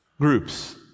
groups